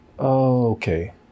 Okay